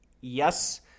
yes